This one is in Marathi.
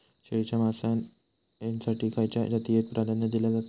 शेळीच्या मांसाएसाठी खयच्या जातीएक प्राधान्य दिला जाता?